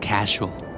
Casual